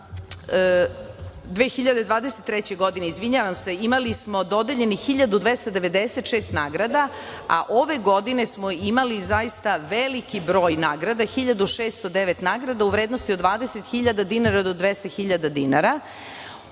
2023. godine, izvinjavam se, imali smo dodeljenih 1.296 nagrada, a ove godine smo imali zaista veliki broj nagrada 1.609 nagrada u vrednosti od 20.000 dinara do 200.000 dinara.